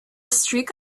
streak